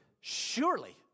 surely